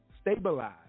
stabilize